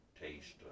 taste